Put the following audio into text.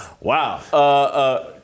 Wow